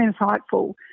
insightful